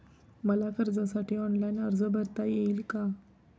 मला कर्जासाठी ऑनलाइन अर्ज भरता येईल का?